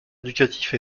éducatif